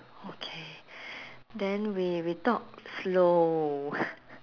okay then we we talk slow